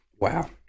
Wow